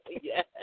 Yes